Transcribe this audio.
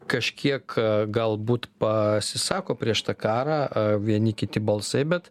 kažkiek galbūt pasisako prieš tą karą vieni kiti balsai bet